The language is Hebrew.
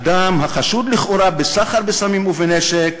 אדם החשוד לכאורה בסחר בסמים ובנשק,